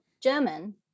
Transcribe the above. German